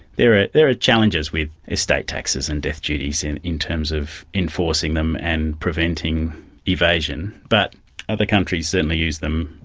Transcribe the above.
there are ah challenges with estate taxes and death duties in in terms of enforcing them and preventing evasion. but other countries certainly use them,